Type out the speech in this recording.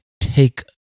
take